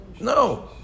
no